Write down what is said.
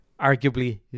arguably